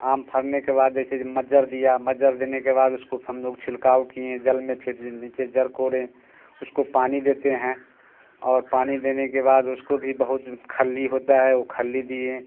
आम फरने के बाद जैसे ये मज्जर दिया मज्जर देने के बाद उसको हम लोग छिड़काव किएँ जल में फिर नीचे जड़ कोरें उसको पानी देते हैं और पानी देने के बाद उसको भी बहुत खल्ली होता है वो खल्ली दिएँ